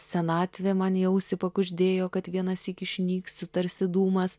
senatvė man į ausį pakuždėjo kad vienąsyk išnyksiu tarsi dūmas